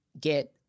get